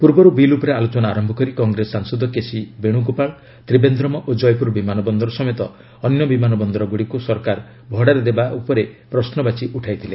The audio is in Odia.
ପୂର୍ବରୁ ବିଲ୍ ଉପରେ ଆଲୋଚନା ଆରମ୍ଭ କରି କଂଗ୍ରେସ ସାଂସଦ କେସି ବେଣୁଗୋପାଳ ତ୍ରିବେନ୍ଦ୍ରମ ଓ ଜୟପୁର ବିମାନ ବନ୍ଦର ସମେତ ଅନ୍ୟ ବିମାନ ବନ୍ଦରଗୁଡ଼ିକୁ ସରକାର ଭଡ଼ାରେ ଦେବା ଉପରେ ପ୍ରଶ୍ନବାଚୀ ଉଠାଇଥିଲେ